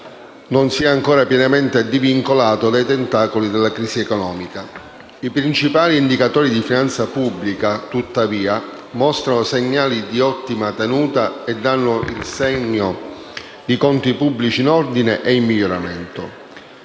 non si è ancora pienamente divincolato dai tentacoli della crisi economica. I principali indicatori di finanza pubblica, tuttavia, mostrano segnali di ottima tenuta e danno il segno di conti pubblici in ordine e in miglioramento.